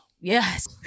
Yes